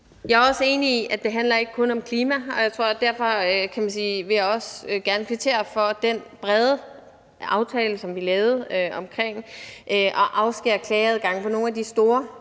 Jeg er også enig i, at det ikke kun handler om klima. Derfor vil jeg også gerne kvittere for den brede aftale, som vi lavede, om at afskære klageadgang på nogle af de store